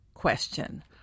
question